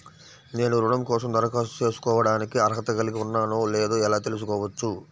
నేను రుణం కోసం దరఖాస్తు చేసుకోవడానికి అర్హత కలిగి ఉన్నానో లేదో ఎలా తెలుసుకోవచ్చు?